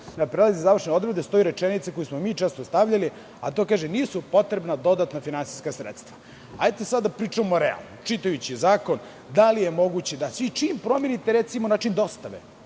na prelazne i završne odredbe, stoji rečenica koju smo mi često stavljali, a to je – nisu potrebna dodatna finansijska sredstva. Hajde sada da pričamo realno. Čitajući zakon – da li je moguće da čim promenite, recimo, način dostave